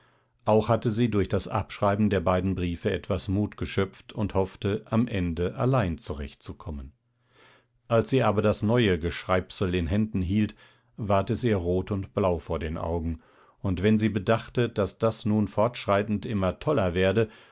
auch hatte sie durch das abschreiben der beiden briefe etwas mut geschöpft und hoffte am ende allein zurechtzukommen als sie aber das neue geschreibsel in händen hielt ward es ihr rot und blau vor den augen und wenn sie bedachte daß das nun fortschreitend immer toller werde